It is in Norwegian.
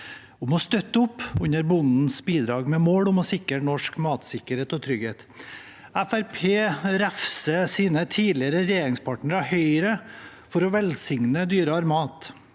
om å støtte opp under bondens bidrag, med mål om å sikre norsk matsikkerhet og trygghet. Fremskrittspartiet refser sin tidligere regjeringspartner Høyre for å velsigne dyrere mat.